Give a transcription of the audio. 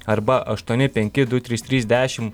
arba aštuoni penki du trys trys dešim